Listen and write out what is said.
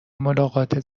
ملاقات